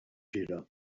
fira